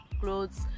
clothes